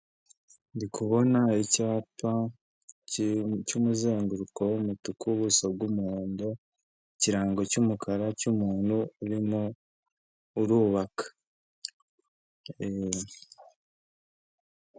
Ndi kubona icyapa cy'umuzenguruko w'umutuku, w'ubuso bw'umuhondo, ikirango cy'umukara cy'umuntu urimo urubaka.